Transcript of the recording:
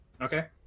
Okay